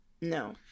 no